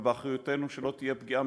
אבל באחריותנו שלא תהיה פגיעה,